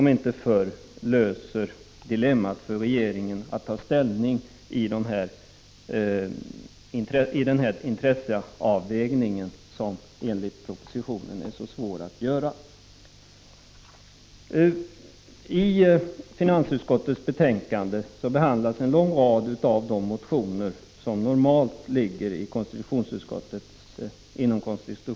Då — om inte förr — kommer regeringens dilemma att lösas när det gäller att ta ställning i den här intresseavvägningen, vilket enligt propositionen är så svårt att göra. I finansutskottets betänkande behandlas en lång rad motioner som normalt ligger inom konstitutionsutskottets handläggningsområde.